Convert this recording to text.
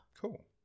Cool